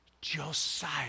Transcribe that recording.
Josiah